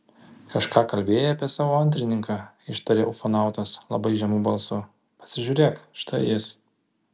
kažką kalbėjai apie savo antrininką ištarė ufonautas labai žemu balsu pasižiūrėk štai jis